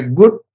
good